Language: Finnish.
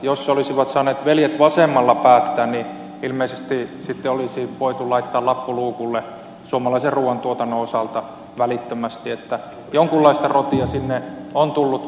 jos olisivat saaneet veljet vasemmalla päättää niin ilmeisesti sitten olisi voitu laittaa lappu luukulle suomalaisen ruuantuotannon osalta välittömästi niin että jonkunlaista rotia sinne on tullut